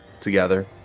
together